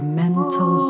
mental